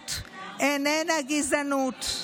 ציונות איננה גזענות.